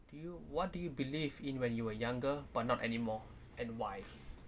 do you what do you believe in when you were younger but not anymore and why